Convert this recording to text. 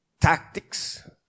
tactics